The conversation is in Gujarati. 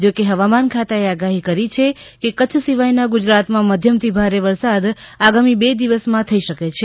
જો કે હવામાન ખાતા એ આગાહી કરી છે કે કચ્છ સિવાયના ગુજરાતમાં મધ્યમથી ભારે વરસાદ આગામી બે દીવસ માં થઈ શકે છે